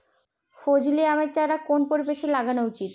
ফজলি আমের চারা কোন পরিবেশে লাগানো উচিৎ?